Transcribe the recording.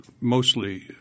mostly